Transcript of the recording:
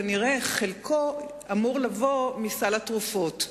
כנראה חלקו אמור לבוא מסל התרופות.